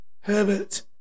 Herbert